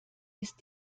ist